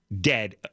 dead